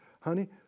honey